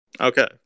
Okay